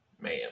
Man